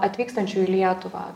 atvykstančių į lietuvą